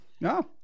No